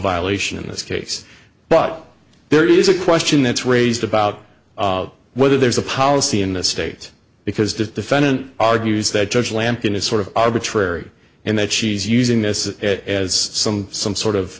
violation in this case but there is a question that's raised about whether there's a policy in the state because the defendant argues that judge lampton is sort of arbitrary and that she's using this as some some sort of